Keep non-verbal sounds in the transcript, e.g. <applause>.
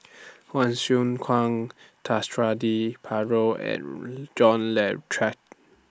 <noise> <unintelligible> Hsu Kwang <unintelligible> Suradi Parjo and John Le Cain